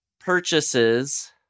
purchases